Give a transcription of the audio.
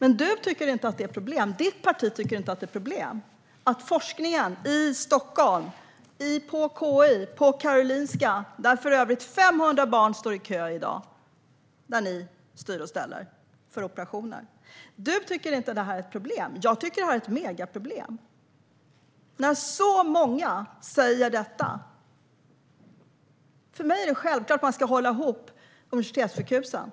Emma Henriksson och hennes parti tycker inte att det är ett problem att forskningen i Stockholm på Karolinska, där för övrigt 500 barn i dag står i kö för operation och där ni styr och ställer, flyttas ut. Jag tycker att det är ett megaproblem när så många säger detta. För mig är det självklart att man ska hålla ihop universitetssjukhusen.